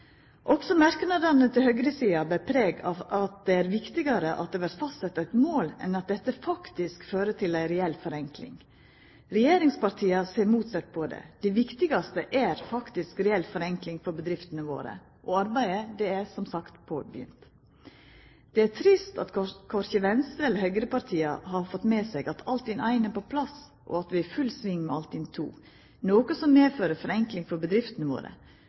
Også merknadene til høgresida ber preg av at det er viktigare at det vert fastsett eit mål enn at dette faktisk fører til ei reell forenkling. Regjeringspartia ser motsett på det: Det viktigaste er faktisk reell forenkling for bedriftene våre. Og arbeidet er som sagt påbegynt. Det er trist at korkje Venstre eller høgrepartia har fått med seg at Altinn I er på plass, og at vi er i full sving med Altinn II, noko som medfører forenkling for bedriftene våre.